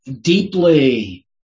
deeply